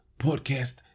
Podcast